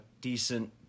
decent